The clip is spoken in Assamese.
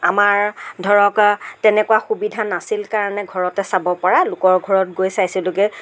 আমাৰ ধৰক তেনেকুৱা সুবিধা নাছিল কাৰণে ঘৰতে চাব পৰা লোকৰ ঘৰত গৈ চাইছিলোঁগৈ